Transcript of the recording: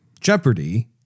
Jeopardy